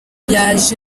yaje